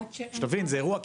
שתבין, זה אירוע.